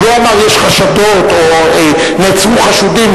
הוא לא אמר: יש חשדות או נעצרו חשודים,